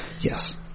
Yes